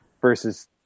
versus